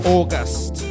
August